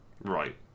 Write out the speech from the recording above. Right